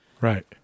Right